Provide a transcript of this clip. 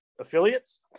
affiliates